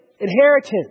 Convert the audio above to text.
inheritance